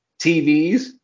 TVs